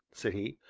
said he.